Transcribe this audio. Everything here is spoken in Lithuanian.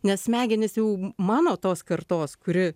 nes smegenys jau mano tos kartos kuri